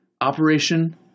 operation